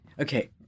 okay